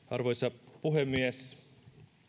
arvoisa puhemies